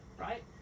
right